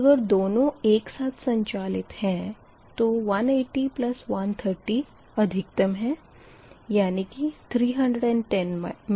अगर दोनों एक साथ संचालित है तो 180 130 अधिकतम है यानी कि 310 MW